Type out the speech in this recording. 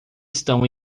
estão